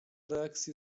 reakcje